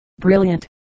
brilliant